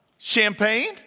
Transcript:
champagne